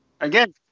Again